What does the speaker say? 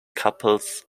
couples